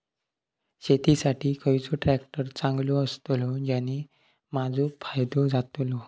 शेती साठी खयचो ट्रॅक्टर चांगलो अस्तलो ज्याने माजो फायदो जातलो?